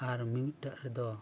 ᱟᱨ ᱢᱤᱼᱢᱤᱫᱴᱟᱝ ᱨᱮᱫᱚ